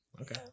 Okay